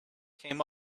came